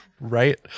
Right